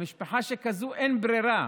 למשפחה שכזאת אין ברירה.